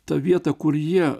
ta vieta kur jie